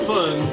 Fun